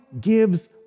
gives